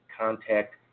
contact